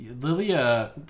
lilia